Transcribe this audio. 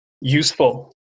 useful